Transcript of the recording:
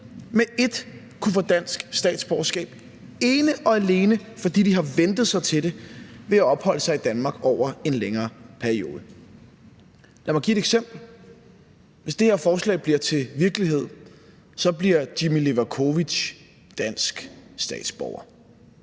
med et kunne få dansk statsborgerskab, ene og alene fordi de har ventet sig til det ved at opholde sig i Danmark over en længere periode. Lad mig give et eksempel: Hvis det her forslag bliver til virkelighed, bliver Jimmi Levakovic dansk statsborger.